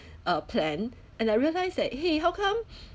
uh plan and I realize that !hey! how come